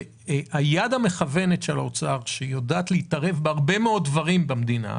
היד המכוונת של האוצר שיודעת להתערב בהרבה מאוד דברים במדינה,